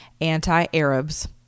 Anti-Arabs